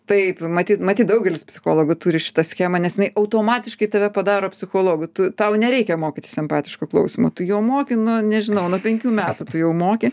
taip matyt matyt daugelis psichologų turi šitą schemą nes jinai automatiškai tave padaro psichologu tu tau nereikia mokytis empatiško klausymo tu jau moki nu nežinau nuo penkių metų tu jau moki